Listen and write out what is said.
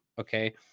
Okay